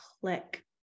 click